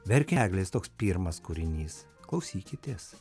verkė eglės toks pirmas kūrinys klausykitės